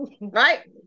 Right